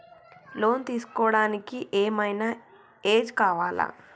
Loan తీస్కోవడానికి ఏం ఐనా ఏజ్ కావాలా?